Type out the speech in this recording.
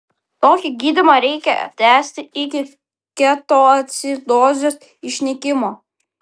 tokį gydymą reikia tęsti iki ketoacidozės išnykimo